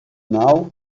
now